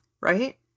right